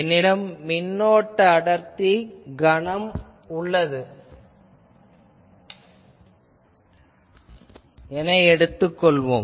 என்னிடம் மின்னோட்ட அடர்த்தி கணம் உள்ளது என எடுத்துக் கொள்வோம்